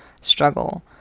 struggle